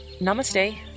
Namaste